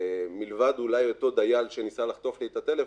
מלבד אולי אותו דייל שניסה לחטוף לי את הטלפון,